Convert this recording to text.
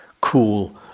cool